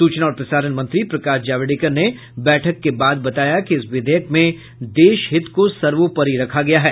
सूचना और प्रसारण मंत्री प्रकाश जावड़ेकर ने बैठक के बाद बताया कि इस विधेयक में देश हित को सर्वोपरि रखा गया है